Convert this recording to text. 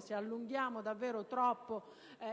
Se allunghiamo troppo